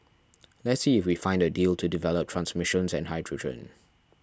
let's see if we find a deal to develop transmissions and hydrogen